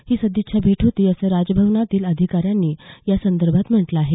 ही सदिच्छा भेट होती असं राजभवनातील अधिकाऱ्यांनी या संदर्भात म्हटलं आहे